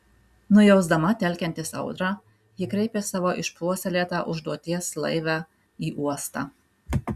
nujausdama telkiantis audrą ji kreipė savo išpuoselėtą užduoties laivę į uostą